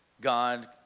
God